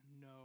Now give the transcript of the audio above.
no